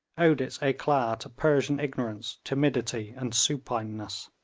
owed its eclat to persian ignorance, timidity and supineness.